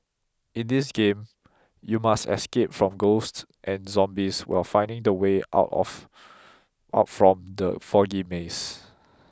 in this game you must escape from ghosts and zombies while finding the way out of out from the foggy maze